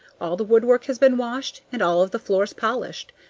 all the woodwork has been washed, and all of the floors polished.